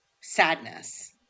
sadness